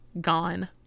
gone